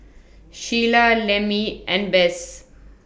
Sheila Lemmie and Bess